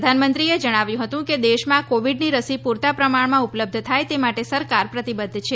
પ્રધાનમંત્રીએ જણાવ્યું હતું કે દેશમાં કોવિડની રસી પૂરતા પ્રમાણમાં ઉપલબ્ધ થાય તે માટે સરકાર પ્રતિબધ્ધ છે